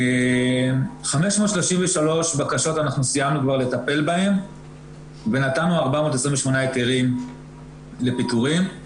ב-533 בקשות סיימנו כבר לטפל ונתנו 428 היתרים לפיטורים,